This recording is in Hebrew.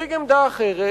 ומציג עמדה אחרת,